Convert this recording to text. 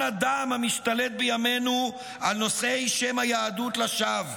הדם המשתלט בימינו על נושאי שם היהדות לשווא.